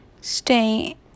stay